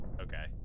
Okay